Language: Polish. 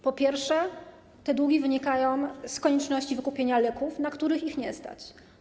Po pierwsze, te długi wynikają z konieczności wykupienia leków, na których ich nie stać.